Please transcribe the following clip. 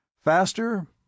Faster